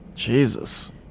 Jesus